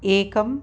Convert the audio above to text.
एकं